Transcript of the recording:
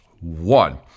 One